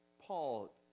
Paul